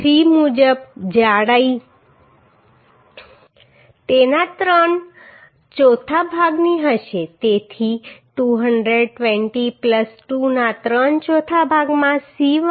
3 મુજબ જાડાઈ તેના ત્રણ ચોથા ભાગની હશે તેથી 220 2 ના ત્રણ ચોથા ભાગમાં Cyy